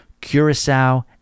Curacao